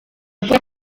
avuga